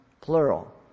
plural